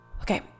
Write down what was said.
Okay